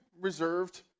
reserved